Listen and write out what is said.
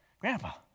Grandpa